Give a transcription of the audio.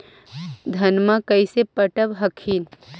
धन्मा कैसे पटब हखिन?